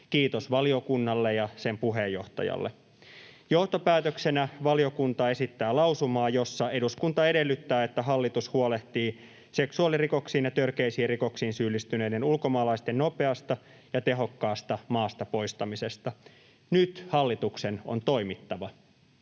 Kiitos valiokunnalle ja sen puheenjohtajalle. Johtopäätöksenä valiokunta esittää lausumaa, jossa eduskunta edellyttää, että hallitus huolehtii seksuaalirikoksiin ja törkeisiin rikoksiin syyllistyneiden ulkomaalaisten nopeasta ja tehokkaasta maasta poistamisesta. Nyt hallituksen on toimittava.